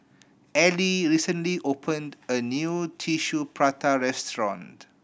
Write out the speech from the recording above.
Ellie recently opened a new Tissue Prata restaurant